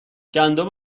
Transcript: گندم